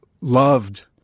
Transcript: loved